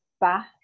back